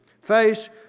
face